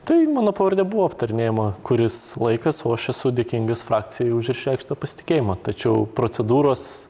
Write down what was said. tai mano pavardė buvo aptarinėjama kuris laikas o aš esu dėkingas frakcijai už išreikštą pasitikėjimą tačiau procedūros